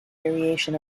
variation